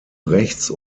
rechts